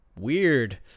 Weird